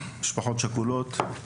משפחות שכולות.